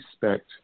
respect